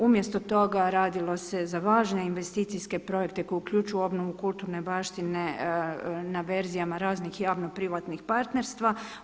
Umjesto toga radilo se za važne investicijske projekte koji uključuju obnovu kulturne baštine na verzijama raznih javno privatnih partnerstva.